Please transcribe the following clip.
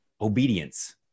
obedience